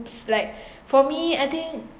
like for me I think